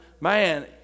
man